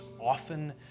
often